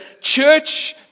church